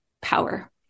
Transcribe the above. power